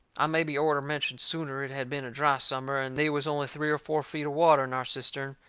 i mebby orter mentioned sooner it had been a dry summer and they was only three or four feet of water in our cistern,